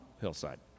hillside